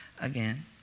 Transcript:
again